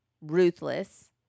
ruthless